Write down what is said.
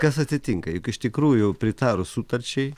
kas atitinka juk iš tikrųjų pritarus sutarčiai